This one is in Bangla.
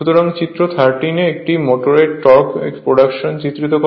সুতরাং চিত্র 13 একটি মোটরের টর্কের প্রোডাকশন চিত্রিত করে